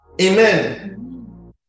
Amen